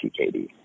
TKD